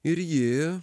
ir ji